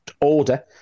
order